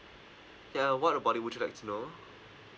ya what about it would you like to know